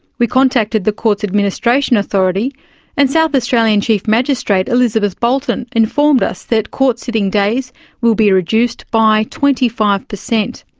we contacted the courts administration authority and south australian chief magistrate elizabeth bolton informed us that court sitting days will be reduced by twenty five percent.